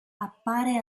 appare